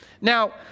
Now